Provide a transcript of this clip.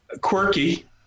Quirky